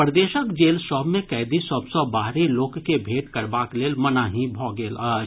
प्रदेशक जेल सभ मे कैदी सभ सँ बाहरी लोक के भेंट करबाक लेल मनाही भऽ गेल अछि